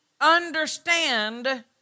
understand